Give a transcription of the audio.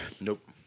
Nope